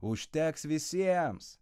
užteks visiems